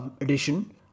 addition